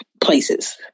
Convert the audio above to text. places